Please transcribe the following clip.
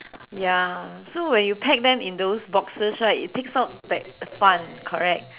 ya so when you pack them in those boxes right it takes out that fun correct